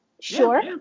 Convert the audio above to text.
Sure